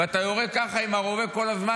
ואתה יורה ככה עם הרובה כל הזמן,